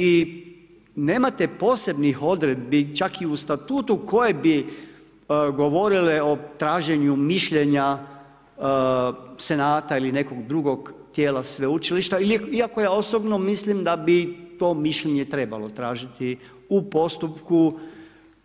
I nemate posebnih odredbi čak i u statutu koje bi govorile o traženju mišljenja senata ili nekog drugog tijela sveučilišta, iako ja osobno mislim da bi to mišljenje trebalo tražiti u postupku